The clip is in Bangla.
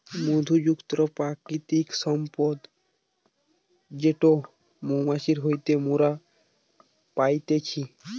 মধু যুক্ত প্রাকৃতিক সম্পদ যেটো মৌমাছি হইতে মোরা পাইতেছি